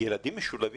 לדבר באופן כללי,